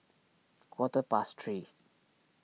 quarter past three